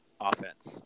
offense